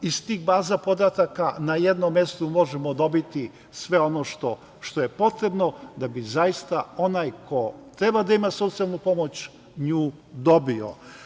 Iz tih baza podataka na jednom mestu možemo dobiti sve ono što je potrebno da bi zaista onaj ko treba da ima socijalnu pomoć nju dobio.